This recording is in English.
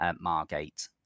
Margate